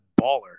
baller